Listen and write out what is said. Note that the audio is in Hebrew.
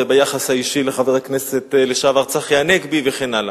וביחס האישי לחבר הכנסת לשעבר צחי הנגבי וכן הלאה.